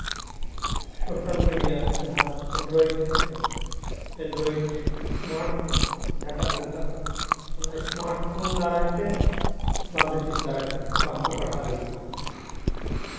social media ᱡᱟᱦᱟᱸ Android ᱦᱮᱡ ᱠᱟᱱ ᱮᱱᱰᱨᱚᱭᱮᱰ ᱥᱢᱟᱨᱴ ᱯᱷᱳᱱ ᱡᱟᱦᱟᱸ ᱴᱟᱜ ᱠᱚ ᱢᱮᱛᱟᱜ ᱠᱟᱱ ᱚᱱᱟ ᱥᱢᱟᱨᱴ ᱯᱷᱳᱱ ᱫᱟᱨᱟᱭ ᱛᱮ ᱵᱟᱝ ᱫᱚ ᱪᱮᱫ ᱫᱟᱨᱟᱭ ᱛᱮ ᱵᱟᱝ ᱠᱚ ᱯᱟᱲᱦᱟᱜ ᱞᱟᱹᱜᱤᱫᱚᱜ ᱠᱟᱱ